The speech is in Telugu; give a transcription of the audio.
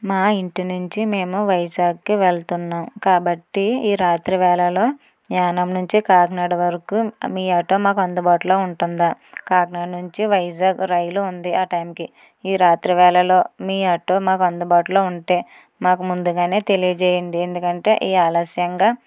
మా ఇంటి నుంచి మేము వైజాగ్కి వెళ్తున్నాం కాబట్టి ఈ రాత్రి వేళలో యానం నుంచి కాకినాడ వరకు మీ ఆటో మాకు అందుబాటులో ఉంటుందా కాకినాడ నుంచి వైజాగ్ రైలు ఉంది ఆ టైంకి ఈ రాత్రి వేళలో మీ ఆటో మాకు అందుబాటులో ఉంటే మాకు ముందుగానే తెలియజేయండి ఎందుకంటే ఈ ఆలస్యంగా